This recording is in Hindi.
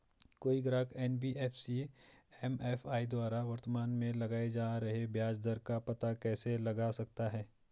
कोई ग्राहक एन.बी.एफ.सी एम.एफ.आई द्वारा वर्तमान में लगाए जा रहे ब्याज दर का पता कैसे लगा सकता है?